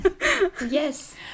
Yes